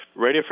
Radiofrequency